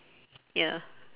ya